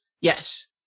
Yes